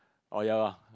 oh ya lah